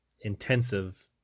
intensive